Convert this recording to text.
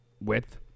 width